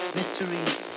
mysteries